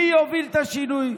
מי יוביל את השינוי?